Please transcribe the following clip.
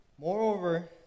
Moreover